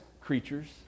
creatures